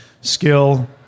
Skill